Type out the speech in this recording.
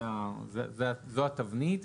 זאת התבנית.